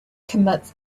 commits